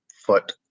foot